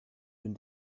been